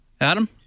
Adam